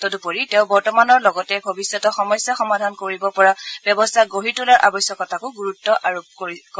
তদুপৰি তেওঁ বৰ্তমানৰ লগতে ভৱিষ্যতৰ সমস্যা সমাধান কৰিব পৰা ব্যৱস্থা গঢ়ি তোলাৰ আৱশ্যকতাতো গুৰুত্ব আৰোপ কৰে